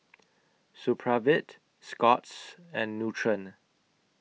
Supravit Scott's and Nutren